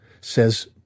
says